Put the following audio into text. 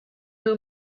who